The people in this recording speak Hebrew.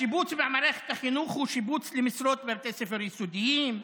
השיבוץ במערכת החינוך הוא שיבוץ למשרות בבתי ספר יסודיים,